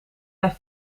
hij